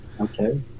okay